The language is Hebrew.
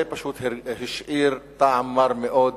זה השאיר טעם מר מאוד,